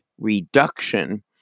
reduction